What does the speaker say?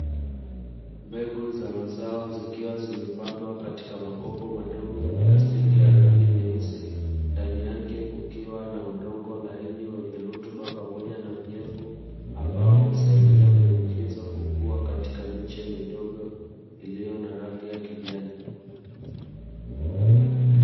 Mbegu za mazao zikiwa zimepandwa katika makopo madogo ya plastiki ya rangi nyeusi, ndani yake kukiwa na udongo laini wenye rutuba pamoja na unyevu ambao husaidia mbegu hizo kukua katika miche midogo iliyo na rangi ya kijani.